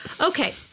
Okay